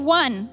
one